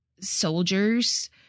soldiers